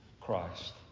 Christ